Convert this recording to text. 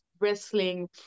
wrestling